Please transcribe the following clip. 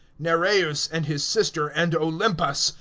nereus and his sister and olympas,